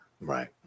Right